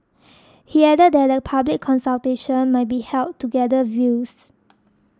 he added that a public consultation might be held to gather views